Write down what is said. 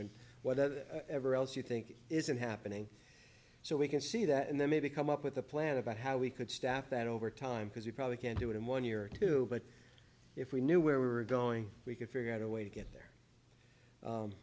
and what ever else you think isn't happening so we can see that and then maybe come up with a plan about how we could staff that over time because we probably can't do it in one year or two but if we knew where we were going we could figure out a way to get there